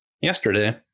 yesterday